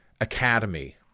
academy